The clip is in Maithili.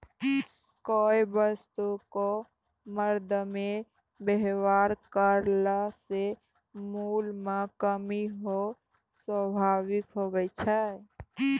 कोय वस्तु क मरदमे वेवहार करला से मूल्य म कमी होना स्वाभाविक हुवै छै